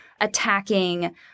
attacking